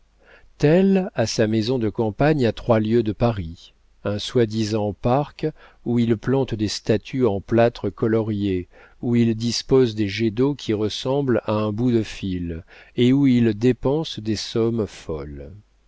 tel a sa maison de campagne à trois lieues de paris un soi-disant parc où il plante des statues en plâtre colorié où il dispose des jets d'eau qui ressemblent à un bout de fil et où il dépense des sommes folles